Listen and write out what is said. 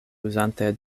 uzante